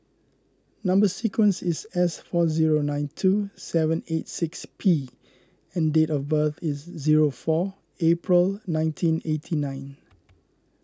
Number Sequence is S four zero nine two seven eight six P and date of birth is zero four April nineteen eighty nine